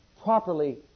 Properly